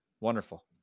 Wonderful